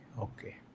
Okay